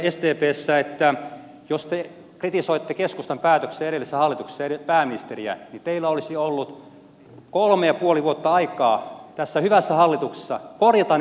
sanon ystäville sdpssä kun te kritisoitte keskustan päätöksiä edellisessä hallituksessa ja edellistä pääministeriä että teillä olisi ollut kolme ja puoli vuotta aikaa tässä hyvässä hallituksessa korjata niitä virheitä